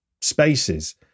spaces